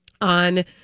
on